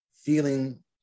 feeling